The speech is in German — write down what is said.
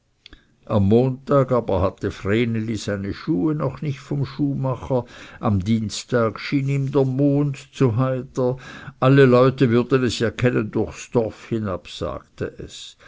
am montag hatte aber vreneli seine schuhe noch nicht vom schuhmacher am dienstag schien ihm der mond zu heiter alle leute würden es ja kennen durchs dorf ab sagte es